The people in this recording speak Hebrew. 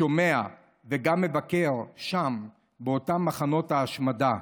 שומע וגם מבקר שם באותם מחנות ההשמדה,